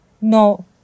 No